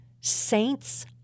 Saints